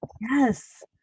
Yes